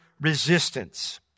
resistance